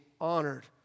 honored